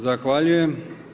Zahvaljujem.